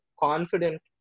Confident